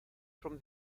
from